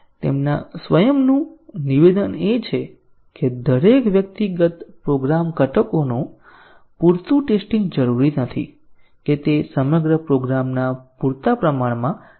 તેમના સ્વયંનું નિવેદન એ છે કે દરેક વ્યક્તિગત પ્રોગ્રામ ઘટકોનું પૂરતું ટેસ્ટીંગ જરૂરી નથી કે તે સમગ્ર પ્રોગ્રામના પૂરતા પ્રમાણમાં ટેસ્ટીંગ કરે